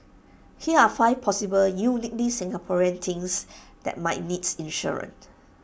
here are five possible uniquely Singaporean things that might needs